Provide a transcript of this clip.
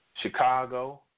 Chicago